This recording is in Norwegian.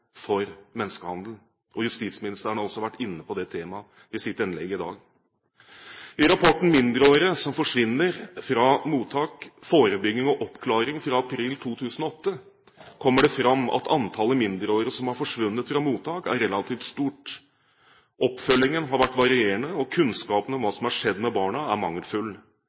for menneskehandel. Justisministeren har også vært inne på det temaet i sitt innlegg i dag. I rapporten «Mindreårige som forsvinner fra mottak – forebygging og oppklaring» fra april 2008 kommer det fram at antallet mindreårige som har forsvunnet fra mottak, er relativt stort, oppfølgingen har vært varierende, og kunnskapen om hva som har skjedd med barna, er mangelfull.